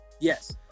Yes